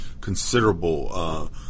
considerable